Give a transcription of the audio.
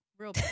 real